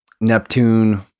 Neptune